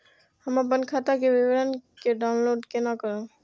हम अपन खाता के विवरण के डाउनलोड केना करब?